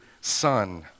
son